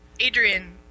Adrian